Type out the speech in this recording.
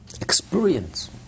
experience